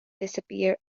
disappear